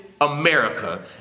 America